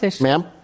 Ma'am